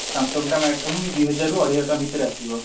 ସାମସଙ୍ଗ୍ଟା madam ଦୁଇ ହଜାରରୁ ଅଢ଼େଇ ହଜାର ଟଙ୍କା ଭିତରେ ଆସିବ